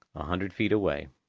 a hundred feet away,